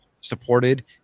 supported